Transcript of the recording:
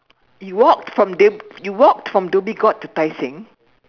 you walked from d~ you walked from Dhoby Ghaut to Tai Seng